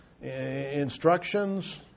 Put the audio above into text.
instructions